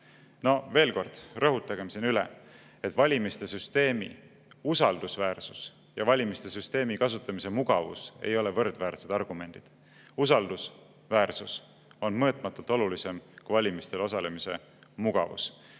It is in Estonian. Veel kord: rõhutagem siin üle, et valimiste süsteemi usaldusväärsus ja valimiste süsteemi kasutamise mugavus ei ole võrdväärsed argumendid. Usaldusväärsus on mõõtmatult olulisem kui valimistel osalemise mugavus.